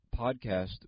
podcast